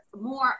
more